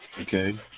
okay